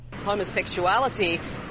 Homosexuality